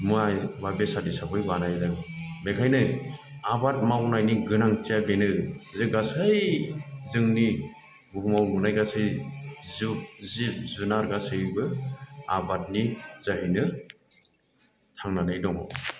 मुवा एबा बेसाद हिसाबै बानायदों बेनिखायनो आबाद मावनायनि गोनांथिया बेनो जे गासै जोंनि बुहुमाव नुनाय गासै जिब जुनार गासैबो आबादनि जोहैनो थांनानै दङ